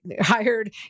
hired